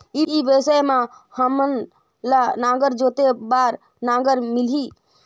ई व्यवसाय मां हामन ला नागर जोते बार नागर मिलही?